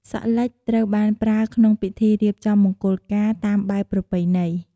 សក់លិចត្រូវបានប្រើក្នុងពិធីរៀបចំមង្គលការតាមបែបប្រពៃណី។